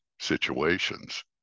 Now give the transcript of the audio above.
situations